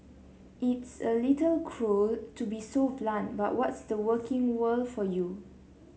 it's a little cruel to be so blunt but what's the working world for you